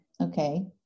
okay